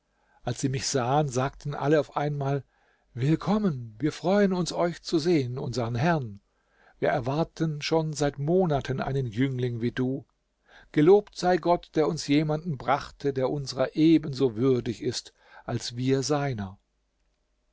als sie mich sahen sagten alle auf einmal willkommen wir freuen uns euch zu sehen unsern herrn wir erwarten schon seit monaten einen jüngling wie du gelobt sei gott der uns jemanden brachte der unsrer eben so würdig ist als wir seiner